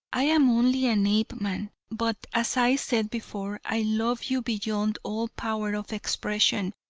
i am only an apeman, but as i said before, i love you beyond all power of expression.